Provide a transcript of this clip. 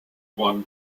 won